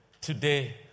today